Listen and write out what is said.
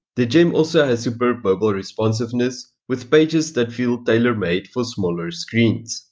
thegem also has superb mobile responsiveness with pages that feel tailor-made for smaller screens.